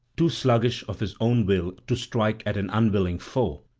too sluggish of his own will to strike at an unwilling foe,